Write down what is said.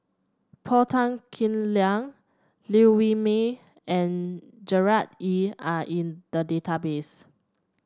Paul Tan Kim Liang Liew Wee Mee and Gerard Ee are in the database